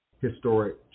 historic